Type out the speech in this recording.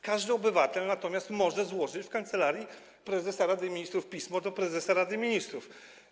Każdy obywatel natomiast może złożyć w Kancelarii Prezesa Rady Ministrów pismo do prezesa Rady Ministrów.